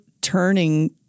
turning